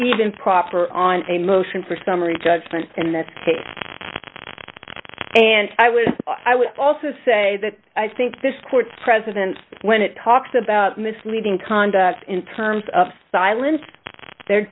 even proper on a motion for summary judgment in this case and i would i would also say that i think this court's president when it talks about misleading conduct in terms of silence the